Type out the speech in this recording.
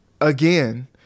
again